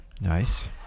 nice